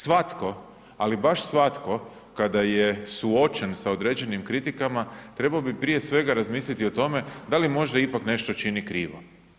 Svatko, ali baš svatko kada je suočen sa određenim kritikama trebao bi prije svega razmisliti o tome da li možda ipak nešto čini krivo.